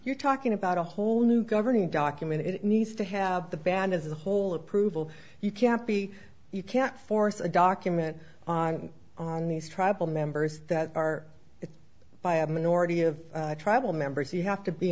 you're talking about a whole new governing document it needs to have the band as a whole approval you can't be you can't force a document on these tribal members that are it by a minority of tribal members you have to be